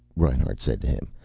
reinhart said to him.